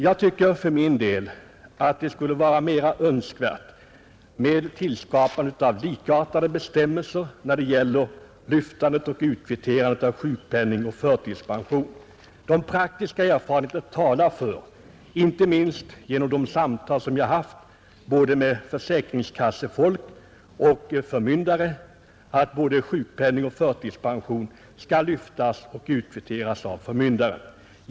Jag tycker för min del att det skulle vara mera önskvärt med tillskapande av likartade bestämmelser för lyftande av sjukpenning och förtidspension. De praktiska erfarenheterna talar för — vilket framgår inte minst av de samtal som jag haft både med försäkringskassefolk och förmyndare — att både sjukpenning och förtidspension skall lyftas och utkvitteras av förmyndaren.